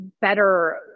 better